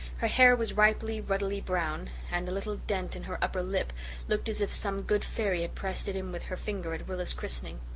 her hair was ripely, ruddily brown and a little dent in her upper lip looked as if some good fairy had pressed it in with her finger at rilla's christening.